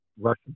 Russian